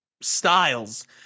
styles